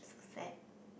sad